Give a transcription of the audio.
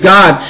God